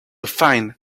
find